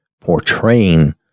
portraying